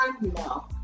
No